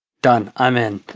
done, i'm in.